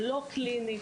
לא קלינית,